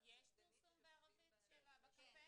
פרסום בערבית בקמפיין?